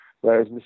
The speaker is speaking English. Whereas